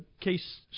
case